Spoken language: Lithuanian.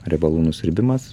riebalų nusiurbimas